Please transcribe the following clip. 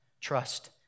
trust